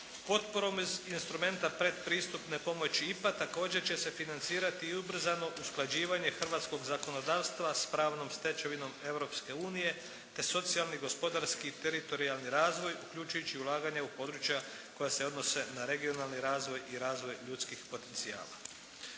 potporom instrumenta pretpristupne pomoći IPA također će se financirati i ubrzano usklađivanje hrvatskog zakonodavstva s pravnom stečevinom Europske unije te socijalni i gospodarski i teritorijalni razvoj uključujući ulaganje u područja koja se odnose na regionalni razvoj i razvoj ljudskih potencijala.